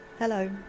Hello